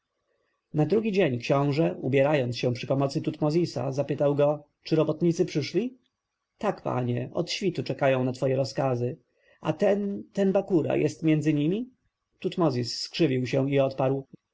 na drugi dzień książę ubierając się przy pomocy tutmozisa zapytał go czy robotnicy przyszli tak panie od świtu czekają na twoje rozkazy a ten ten bakura jest między nimi tutmozis skrzywił się i odparł